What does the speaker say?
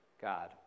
God